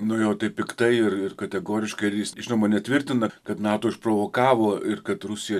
nu jau taip piktai ir ir kategoriškai žinoma netvirtina kad nato išprovokavo ir kad rusija